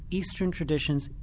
eastern traditions,